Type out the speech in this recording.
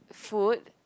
food